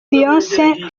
beyoncé